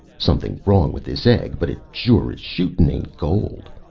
something wrong with this egg but it sure is shootin' ain't gold.